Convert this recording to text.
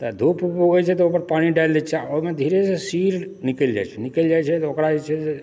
तऽ धूप उप उगय छै तऽ ओकर पानी डालि दय छियै आ ओहिमे धीरे धीरे सिर निकलि जाइ छै निकलि जाइ छै तऽ ओकरा जे छै से